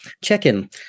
check-in